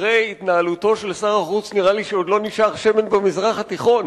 אחרי התנהלותו של שר החוץ נראה לי שלא נשאר שמן במזרח התיכון,